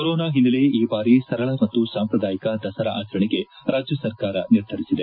corona ಹಿನ್ನೆಲೆ ಈ ಬಾರಿ ಸರಳ ಮತ್ತು ಸಾಂಪ್ರದಾಯಕ ದಸರಾ ಆಚರಣೆಗೆ ರಾಜ್ಯ ಸರ್ಕಾರ ನಿರ್ಧರಿಸಿದೆ